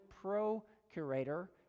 procurator